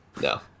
no